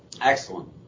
Excellent